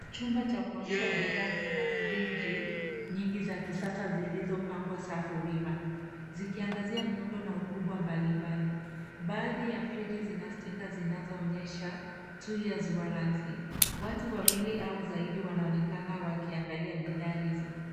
Chumba cha kuonyesha bidhaa kina friji nyingi za kisasa zilizopangwa safu wima. Zikiangazia miundo na ukubwa mbalimbali. Baadhi ya friji zina stika zinazoonyesha (cs)two years warranty(cs).Watu wawili au zaidi wanaonekana wakiangalia bidhaa hizo.